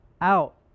out